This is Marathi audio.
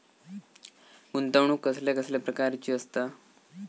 गुंतवणूक कसल्या कसल्या प्रकाराची असता?